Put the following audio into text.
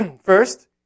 First